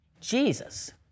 Jesus